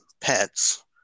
pets